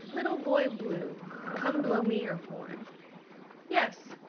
little boy blue, come blow me your horn yes,